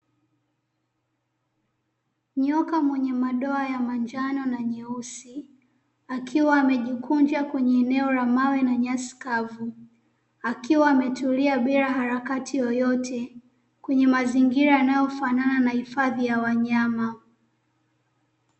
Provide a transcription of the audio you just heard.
Nyoka mwenye madoa ya njano na meusi, akiwa amejikunja kwenye eneo la mawe na nyasi kavu. Akiwa ametulia bila harakati yoyote kwnye mazingira yanayofanana na hifadhi ya wanyama.